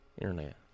internet